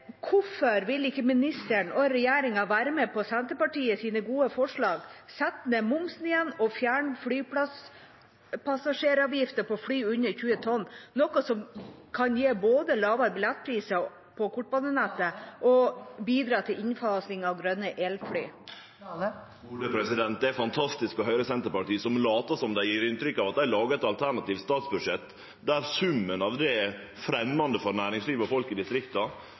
hvorfor vil ikke ministeren og regjeringen være med på Senterpartiets gode forslag: å sette ned momsen igjen og fjerne flypassasjeravgiften på fly under 20 tonn – noe som kan gi både lavere billettpriser på kortbanenettet og bidra til innfasing av grønne elfly? Det er fantastisk å høyre Senterpartiet, som lèt som og gjev inntrykk av at dei lagar eit alternativt statsbudsjett der summen av det verkar fremjande for næringslivet og folk i distrikta.